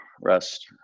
Rest